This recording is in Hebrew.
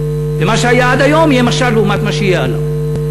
ומה שהיה עד היום יהיה משל לעומת מה שיהיה הלאה.